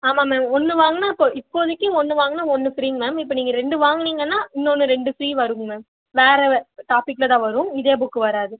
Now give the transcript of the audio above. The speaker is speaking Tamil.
ஆமாம் மேம் ஒன்று வாங்கினா இப்போது இப்போதிக்கு ஒன்று வாங்கினா ஒன்று ஃப்ரீ மேம் இப்போது நீங்கள் ரெண்டு வாங்கினீங்கனா இன்னொன்று ரெண்டு ஃப்ரீ வருது மேம் வேறே வே டாப்பிக்கில் தான் வரும் இதே புக் வராது